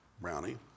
Brownie